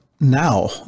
now